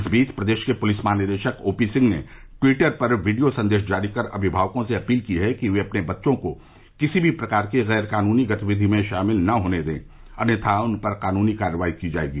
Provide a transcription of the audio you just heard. इस बीच प्रदेश के पुलिस महानिदेशक ओ पी सिंह ने ट्वीटर पर वीडियो संदेश जारी कर अभिमावकों से अपील की है कि वे अपने बच्चों को किसी भी प्रकार की गैर कानूनी गतिविधि में शामिल न होने दें अन्यथा उन पर कानूनी कार्रवाई की जायेगी